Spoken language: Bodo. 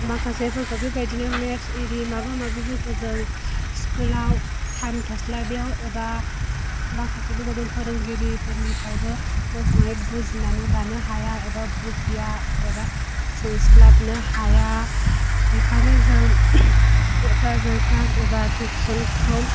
माखासेफोरखौ बेबायदिनो मेथ्स आरि माबा माबिफोरखौ जों स्कुलाव टाइम थोस्लाबैयाव एबा माखासेफोरखौ जों फोरोंगिरिनिफ्रायबो मोजाङै बुजिनानै लानो हाया एबा बुजिया एबा सोंस्लाबनो हाया बेनिखायनो जों प्रायभेट क्लास एबा टिउसनखौ